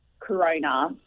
corona